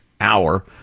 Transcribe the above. hour